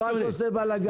מה אתה עושה בלגן?